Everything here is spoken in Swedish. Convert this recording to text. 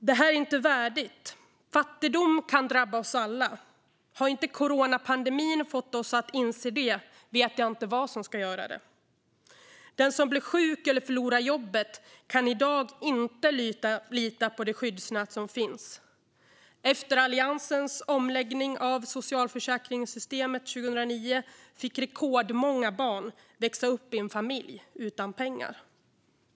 Detta är inte värdigt. Fattigdom kan drabba oss alla. Har inte coronapandemin fått oss att inse det vet jag inte vad som ska göra det. Den som blir sjuk eller förlorar jobbet kan i dag inte lita på det skyddsnät som finns. Efter Alliansens omläggning av socialförsäkringssystemet 2009 fick rekordmånga barn växa upp i familjer utan pengar.